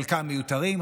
חלקם מיותרים,